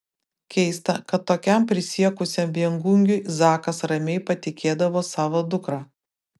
keista kad tokiam prisiekusiam viengungiui zakas ramiai patikėdavo savo dukrą